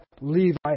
Levi